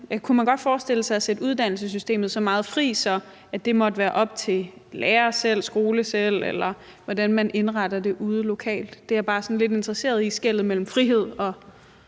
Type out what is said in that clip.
kunne man godt forestille sig at sætte uddannelsessystemet så meget fri, at det måtte være op til lærerne selv eller skolen selv, hvordan man indretter det ude lokalt? Jeg er bare lidt interesseret i skellet mellem frihed og